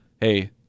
hey